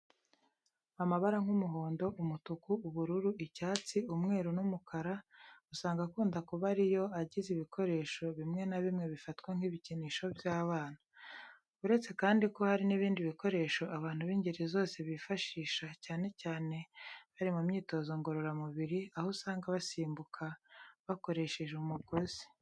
Amabara nk'umuhondo, umutuku, ubururu, icyatsi, umweru n'umukara, usanga akunda kuba ari yo agize ibikoresho bimwe na bimwe bifatwa nk'ibikinisho by'abana. Uretse kandi ko hari n'ibindi bikoresho abantu b'ingeri zose bifashisha ,cyane cyane bari mu myitozo ngororamubiri, aho usanga basimbuka bakoresheje umugozi.